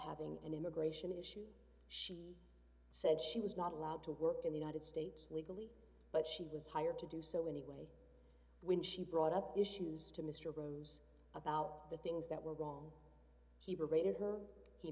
having an immigration issue she said she was not allowed to work in the united states legally but she was hired to do so anyway when she brought up issues to mr rose about the things that were wrong he rated her he